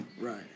Right